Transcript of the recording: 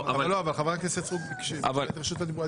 חברת הכנסת סטרוק ביקשה את רשות הדיבור.